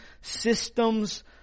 system's